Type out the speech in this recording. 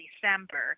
December